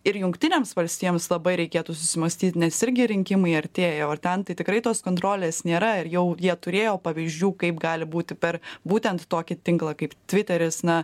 ir jungtinėms valstijoms labai reikėtų susimąstyti nes irgi rinkimai artėja o ir ten tai tikrai tos kontrolės nėra ir jau jie turėjo pavyzdžių kaip gali būti per būtent tokį tinklą kaip tviteris na